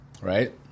Right